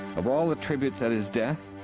of all the tributes at his death,